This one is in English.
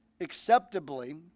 acceptably